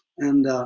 and